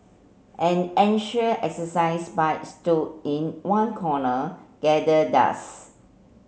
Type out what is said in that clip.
an ancient exercise bike stood in one corner gather dust